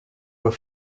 were